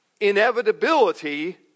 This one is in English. inevitability